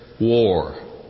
war